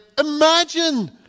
Imagine